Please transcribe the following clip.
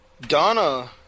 Donna